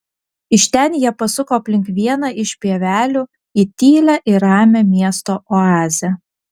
iš ten jie pasuko aplink vieną iš pievelių į tylią ir ramią miesto oazę